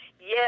Yes